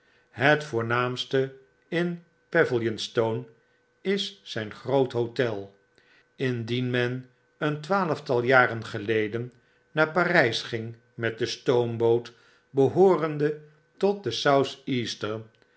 het voornaamste in pavilionstone is zyn groot hotel indien men een twaalftal jarengeleden naar parys ging met de stoomboot behoorende tot de